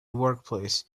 workplace